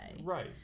Right